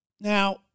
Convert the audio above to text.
Now